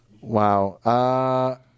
Wow